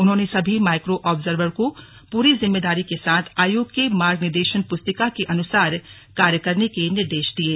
उन्होंने सभी micro observer को पूरी जिम्मेदारी के साथ आयोग के मार्ग निर्देशन पुस्तिका के अनुसार कार्य करने के निर्देश दिये